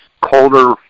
colder